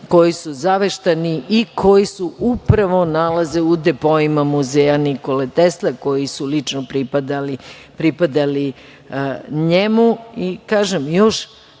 koji su zaveštani i koji se upravo nalaze u depoima Muzeja Nikole Tesle, koji su lično pripadali njemu. Nikada ne